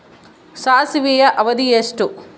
ಸಾಸಿವೆಯ ಅವಧಿ ಎಷ್ಟು?